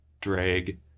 drag